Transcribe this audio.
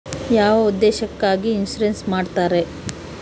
ಯಾವ ಉದ್ದೇಶಕ್ಕಾಗಿ ಇನ್ಸುರೆನ್ಸ್ ಮಾಡ್ತಾರೆ?